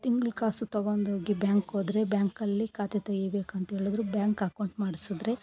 ತಿಂಗಳು ಕಾಸು ತಗೊಂಡೋಗಿ ಬ್ಯಾಂಕ್ ಹೋದ್ರೆ ಬ್ಯಾಂಕಲ್ಲಿ ಖಾತೆ ತೆಗಿಬೇಕಂತೇಳಿದ್ರು ಬ್ಯಾಂಕ್ ಅಕೌಂಟ್ ಮಾಡ್ಸಿದ್ರಿ